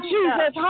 Jesus